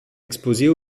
exposées